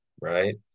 right